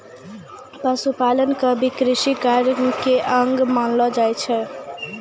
पशुपालन क भी कृषि कार्य के अंग मानलो जाय छै